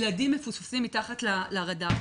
ילדים מפוספסים מתחת לרדאר.